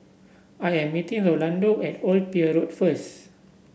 I am meeting Rolando at Old Pier Road first